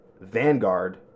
Vanguard